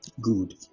Good